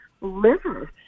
liver